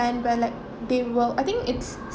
~an where like they will I think it's